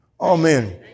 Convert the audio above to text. Amen